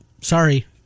sorry